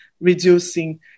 reducing